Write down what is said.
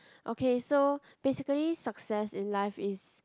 okay so basically success in life is